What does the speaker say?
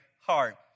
heart